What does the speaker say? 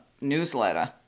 newsletter